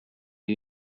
you